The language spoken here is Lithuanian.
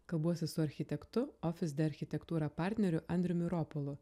kalbuosi su architektu ofis de architektūra partneriu andriumi ropolu